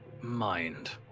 mind